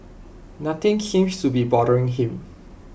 something seems to be bothering him